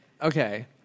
Okay